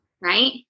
right